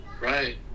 Right